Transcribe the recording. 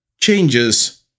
changes